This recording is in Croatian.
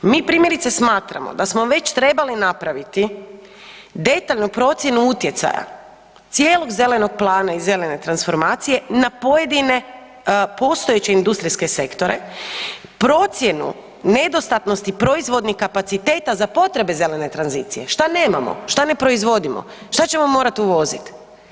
Mi primjerice, smatramo da smo već trebali napraviti detaljnu procjenu utjecaja cijelog Zelenog plana i zelene transformacije na pojedine postojeće industrijske sektore, procjenu nedostatnosti proizvodnih kapaciteta za potrebe zelene tranzicije, što nemamo, što ne proizvodimo, što ćemo morati uvoziti?